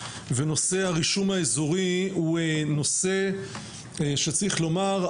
ונושא הרישום האזורי הוא נושא שצריך לומר,